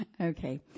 Okay